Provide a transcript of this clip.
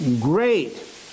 great